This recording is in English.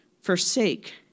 Forsake